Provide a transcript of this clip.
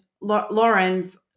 Lawrence